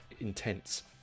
intense